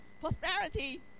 Prosperity